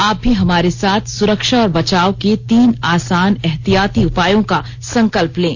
आप भी हमारे साथ सुरक्षा और बचाव के तीन आसान एहतियाती उपायों का संकल्प लें